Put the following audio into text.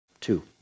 Two